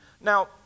Now